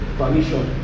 permission